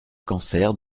cancer